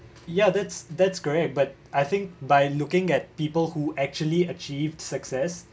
yeah that's that's great but I think by looking at people who actually achieved success